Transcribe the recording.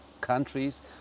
countries